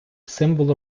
символ